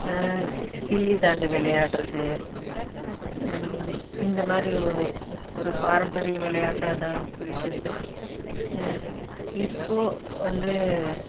கில்லி தாண்டல் விளையாடுவது இந்த மாதிரி ஒரு பாரம்பரிய விளையாட்டாக தான் போயிட்டுருந்தது இப்போது வந்து